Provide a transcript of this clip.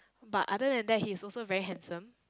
but other than that he is also very handsome